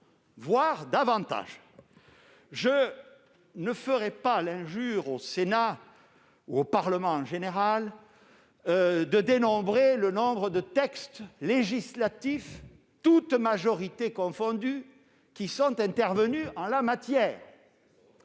voire davantage. Je ne ferai pas l'injure au Sénat, ou au Parlement en général, de dénombrer le nombre de textes législatifs qui sont intervenus en la matière,